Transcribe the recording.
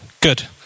Good